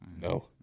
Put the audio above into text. No